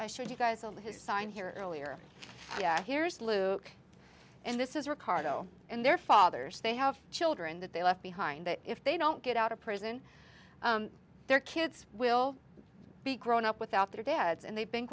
showed you guys all his sign here earlier yet here's lou and this is ricardo and their fathers they have children that they left behind that if they don't get out of prison their kids will be grown up without their dads and they've been